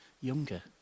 younger